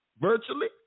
virtually